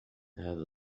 هذا